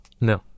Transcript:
No